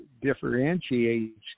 differentiates